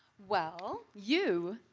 well, you!